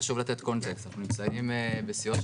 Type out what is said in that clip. חשוב לתת קונטקסט אנחנו נמצאים בשיאו של